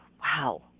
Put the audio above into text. wow